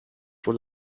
for